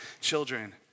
children